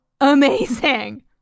Amazing